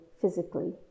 physically